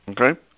Okay